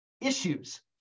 issues